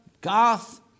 Goth